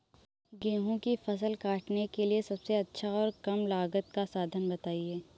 गेहूँ की फसल काटने के लिए सबसे अच्छा और कम लागत का साधन बताएं?